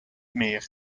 meer